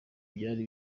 byari